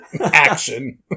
action